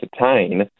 entertain